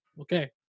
Okay